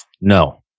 No